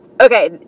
Okay